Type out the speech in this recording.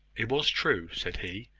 it was true, said he,